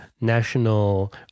national